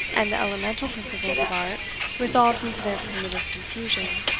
and the elemental principles of art resolved into their primitive confusion.